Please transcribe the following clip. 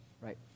right